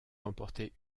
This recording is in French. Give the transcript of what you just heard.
remporté